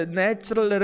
natural